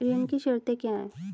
ऋण की शर्तें क्या हैं?